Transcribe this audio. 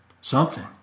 Something